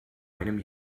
einem